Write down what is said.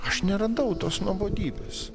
aš neradau tos nuobodybės